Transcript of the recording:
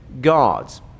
gods